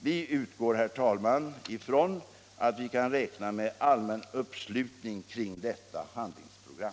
Vi utgår från att vi kan räkna med allmän uppslutning kring detta handlingsprogram.